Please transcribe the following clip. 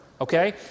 Okay